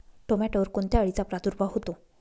टोमॅटोवर कोणत्या अळीचा प्रादुर्भाव होतो?